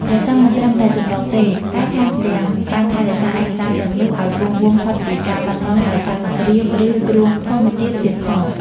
ព្រះសង្ឃមិនត្រឹមតែចម្លងទេ តែថែមទាំងបានថែរក្សាឯកសារទាំងនោះឲ្យគង់វង្សផុតពីការបាត់បង់ដោយសារសង្គ្រាម ឬគ្រោះធម្មជាតិទៀតផង។